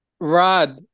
Rod